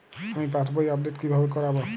আমি পাসবই আপডেট কিভাবে করাব?